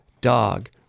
Dog